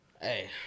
Hey